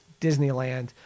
Disneyland